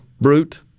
Brute